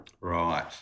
Right